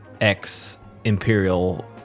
ex-imperial